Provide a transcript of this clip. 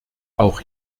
auch